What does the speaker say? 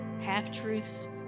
half-truths